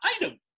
item